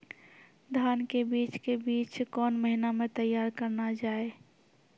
धान के बीज के बीच कौन महीना मैं तैयार करना जाए?